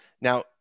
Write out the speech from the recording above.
now